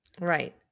Right